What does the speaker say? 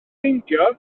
meindio